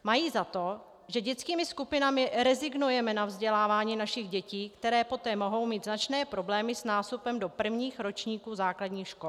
Mají za to, že dětskými skupinami rezignujeme na vzdělávání našich dětí, které poté mohou mít značné problémy s nástupem do prvních ročníků základních škol.